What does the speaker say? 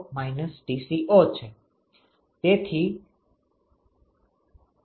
તેથી જ તે સમાંતર પ્રવાહ છે